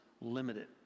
limited